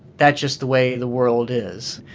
that's just the way the world is.